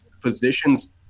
positions